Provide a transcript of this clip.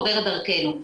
עוברת דרכינו,